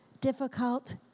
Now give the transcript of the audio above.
difficult